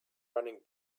running